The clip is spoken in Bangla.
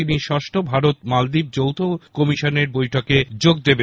তিনি ষষ্ঠ ভারত মালদীপ যৌথ কমিশনের বৈঠকে যোগ দেবেন